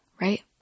right